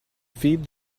feed